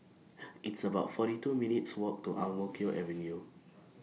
It's about forty two minutes' Walk to Ang Mo Kio Avenue